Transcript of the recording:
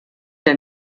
der